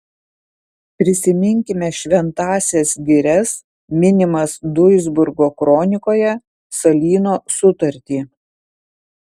prisiminkime šventąsias girias minimas duisburgo kronikoje salyno sutartį